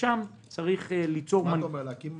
ושם צריך ליצור -- להקים מאגר?